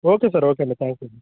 okay sir okay thank you